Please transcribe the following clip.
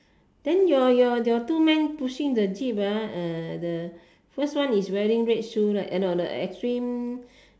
then your your your two man pushing the jeep ah uh the first one is wearing red shoe right eh no no extreme